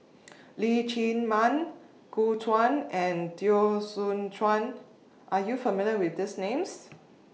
Leong Chee Mun Gu Juan and Teo Soon Chuan Are YOU not familiar with These Names